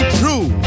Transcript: true